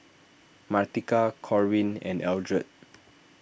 Martika Corwin and Eldred